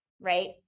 right